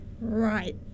Right